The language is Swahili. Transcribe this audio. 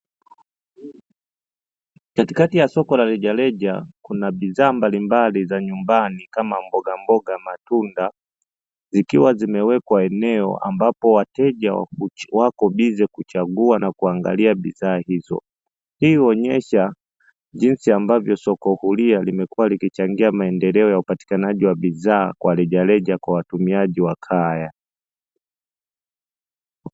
Katikati ya soko la rejareja, kuna bidhaa mbalimbali za nyumbani kama mbogamboga, matunda zikiwazimewekwa eneo ambapo wateja wako bize kuchagua na kuangalia bidhaa hizo. Hii huonyesha jinsi ambavyo soko huria limekua likichangia maendeleo ya upatikanaji wa bidhaa kwa rejareja kwa watumiaji wa kaya.